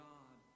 God